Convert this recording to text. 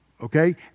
Okay